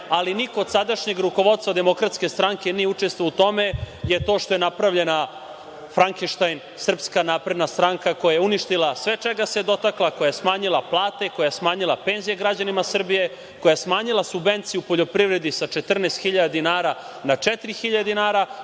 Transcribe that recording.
ali niko od sadašnjeg rukovodstva DS nije učestvovao u tome, je to što je napravljena Frankeštajn SNS koja je uništila sve čega se dotakla, koja je smanjila plate, koja smanjila penzije građanima Srbije, koja je smanjila subvencije u poljoprivredi sa 14.000 dinara na 4.000 dinara,